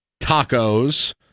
tacos